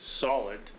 solid